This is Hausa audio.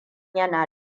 yana